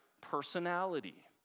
personality